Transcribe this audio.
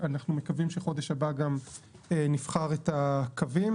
אנחנו מקווים שחודש הבא גם נבחר את הקווים.